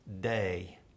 day